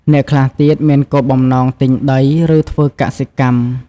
អ្នកខ្លះទៀតមានគោលបំណងទិញដី ឬធ្វើកសិកម្ម។